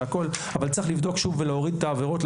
אבל צריך לבדוק שוב ולהוריד את העבירות.